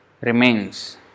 remains